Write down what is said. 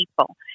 people